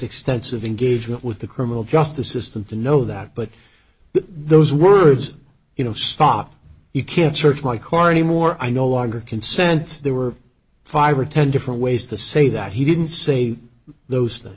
extensive engagement with the criminal justice system to know that but those words you know stop you can't search my car anymore i no longer can sense there were five or ten different ways to say that he didn't say those